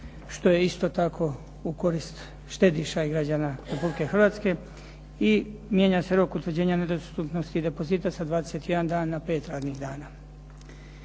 što je isto tako u korist štediša i građana Republike Hrvatske i mijenja se rok utvrđenja nedostupnosti depozita sa 21 dan na 5 radnih dana.